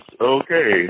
okay